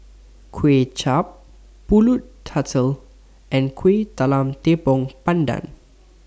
Kway Chap Pulut Tatal and Kueh Talam Tepong Pandan